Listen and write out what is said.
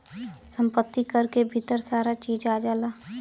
सम्पति कर के भीतर सारा चीज आ जाला